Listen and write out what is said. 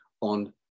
on